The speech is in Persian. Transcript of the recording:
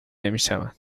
نمیشود